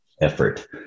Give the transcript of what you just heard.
effort